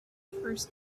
first